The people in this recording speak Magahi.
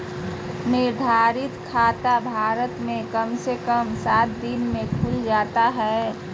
निर्धारित जमा खाता भारत मे कम से कम सात दिन मे खुल जाता हय